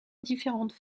différentes